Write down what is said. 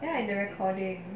as in the recording